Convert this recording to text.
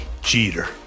Jeter